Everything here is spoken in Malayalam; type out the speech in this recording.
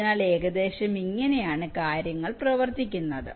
അതിനാൽ ഏകദേശം ഇങ്ങനെയാണ് കാര്യങ്ങൾ പ്രവർത്തിക്കുന്നത്